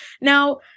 Now